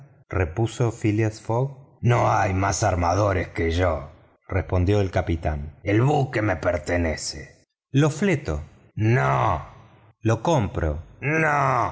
repuso phileas fogg no hay más armadores que yo respondió el capitán el buque me pertenece lo fleto no lo compro no